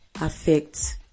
affects